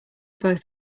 both